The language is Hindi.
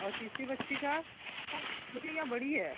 और तीसरी बच्ची का वो छोटी या बड़ी है